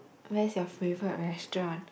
where's your favourite restaurant